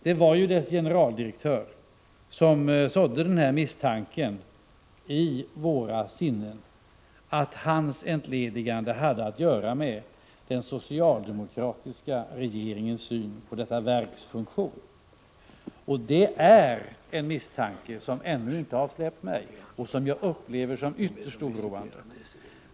Det var dess generaldirektör som i våra sinnen sådde misstanken att hans entledigande hade att göra med den socialdemokratiska regeringens syn på detta verks funktion. Det är en misstanke som ännu inte har släppt mig och som jag tycker är ytterst oroande.